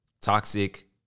Toxic